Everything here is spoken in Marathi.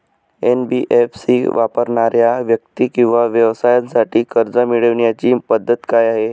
एन.बी.एफ.सी वापरणाऱ्या व्यक्ती किंवा व्यवसायांसाठी कर्ज मिळविण्याची पद्धत काय आहे?